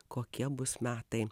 kokie bus metai